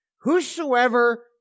whosoever